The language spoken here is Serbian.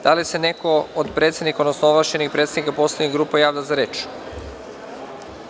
Da li se neko od predsednika, odnosno od ovlašćenih predstavnika poslaničkih grupa javlja za reč?